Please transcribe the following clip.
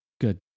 Good